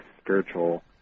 spiritual